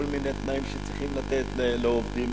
כל מיני תנאים שצריכים לתת לעובדים.